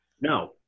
No